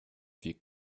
wir